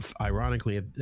Ironically